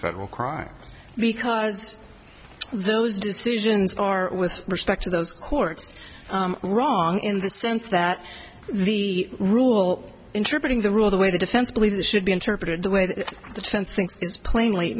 federal crime because those decisions are with respect to those courts were wrong in the sense that the rule interpreting the rule the way the defense believes it should be interpreted the way the tensing is plainly